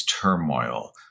turmoil